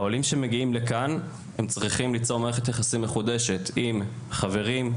העולים שמגיעים לכאן צריכים ליצור מערכת יחסים מחודשת עם חברים,